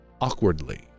awkwardly